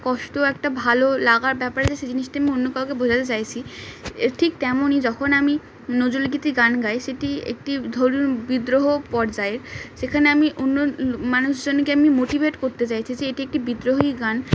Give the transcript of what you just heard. কষ্ট একটা ভালো লাগার ব্যাপারে য সে জিনিসটি আমি অন্য কাউকে বোঝাতে চাইছি এ ঠিক তেমনই যখন আমি নজরলগীতি গান গাই সেটি একটি ধরুন বিদ্রোহ পর্যায়ের সেখানে আমি অন্য মানুষজনকে আমি মোটিভেট করতে চাইছি যে এটি একটি বিদ্রহী গান